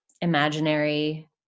imaginary